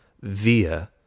via